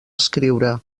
escriure